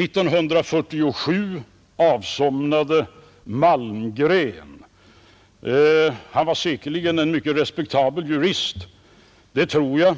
1947 avsomnade Malmgren. Han var säkerligen en mycket respektabel jurist — det tror jag.